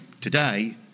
today